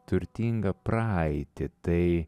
turtingą praeitį tai